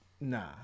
Nah